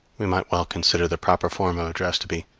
we might well consider the proper form of address to be,